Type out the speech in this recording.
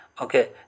Okay